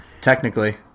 Technically